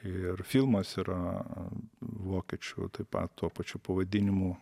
ir filmas yra vokiečių taip pat tuo pačiu pavadinimu